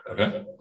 Okay